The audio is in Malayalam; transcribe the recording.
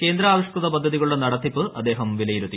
കേന്ദ്രാവിഷ്കൃത പദ്ധതികളുടെ നടത്തിപ്പ് അദ്ദേഹം വിലയിരുത്തി